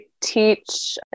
teach